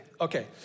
Okay